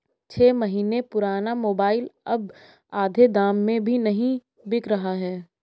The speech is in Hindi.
छह महीने पुराना मोबाइल अब आधे दाम में भी नही बिक रहा है